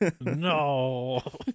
No